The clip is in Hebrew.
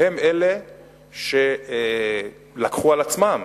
הם אלה שלקחו על עצמם